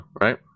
right